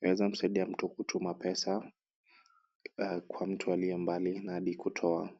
inaweza kusaidia mtu kutuma pesa kwa mtu aliye mbali na hadi kutoa.